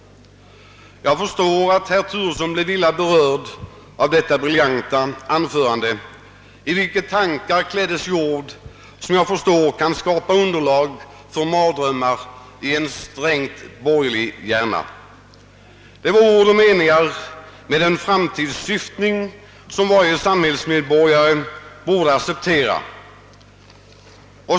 Jag förstår att herr Turesson blev illa berörd av detta briljanta anförande, i vilket tankar kläddes i ord, som jag förstår kan skapa underlag för mardrömmar i en strängt borgerlig hjärna. Det var ord och meningar med en framtidssyftning, som varje samhällsmedborgare borde acceptera.